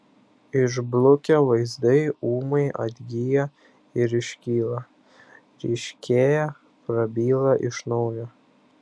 išblukę vaizdai ūmai atgyja ir iškyla ryškėja prabyla iš naujo